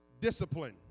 discipline